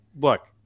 look